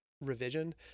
Revision